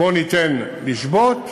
בוא ניתן לשבות,